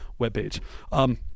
webpage